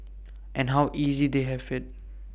and how easy they have IT